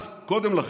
אז קודם לכן,